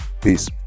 Peace